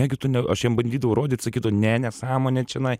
negi tu ne aš jam bandydavau rodyt sakydavo ne nesąmonė čianai